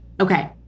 okay